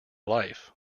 life